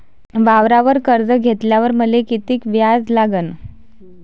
वावरावर कर्ज घेतल्यावर मले कितीक व्याज लागन?